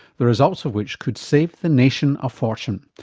the results of which could save the nation a fortune.